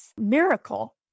miracle